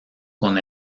con